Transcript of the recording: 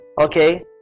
okay